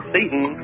Satan